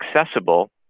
accessible